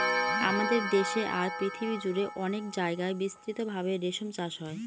আমাদের দেশে আর পৃথিবী জুড়ে অনেক জায়গায় বিস্তৃত ভাবে রেশম চাষ হয়